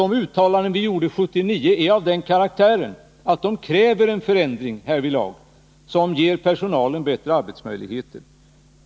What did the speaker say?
De uttalanden vi gjorde 1979 är av den karaktären att de kräver förändringar som ger personalen bättre arbetsmöjligheter.